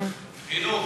חינוך.